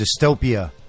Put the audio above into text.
dystopia